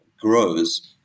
grows